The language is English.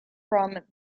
from